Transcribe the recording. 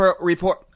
Report